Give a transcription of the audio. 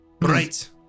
Right